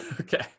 okay